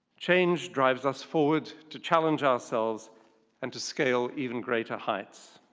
change drives us forward to challenge ourselves and to scale even greater heights.